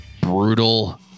brutal